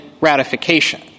ratification